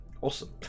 Awesome